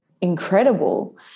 incredible